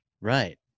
Right